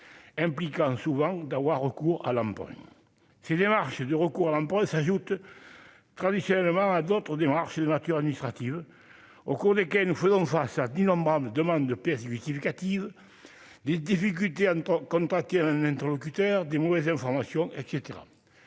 impliquant souvent ou d'avoir recours à l'abri, si les marchés du recours à l'emprunt s'ajoutent traditionnellement à d'autres démarches de nature administrative, au cours desquels nous faisons face à d'innombrables demandes de pièces justificatives des difficultés à contacter un interlocuteur des mauvaises informations etc